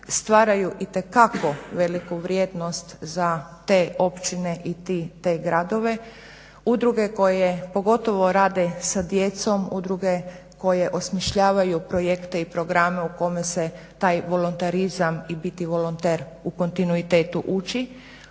stvaraju itekako veliku vrijednost za te općine i te gradove. Udruge koje pogotovo rade sa djecom, udruge koje osmišljavaju projekte i programe u kome se taj volonterizam i biti volonter u kontinuitetu uči.